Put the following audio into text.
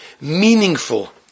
meaningful